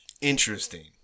interesting